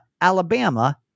Alabama